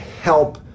help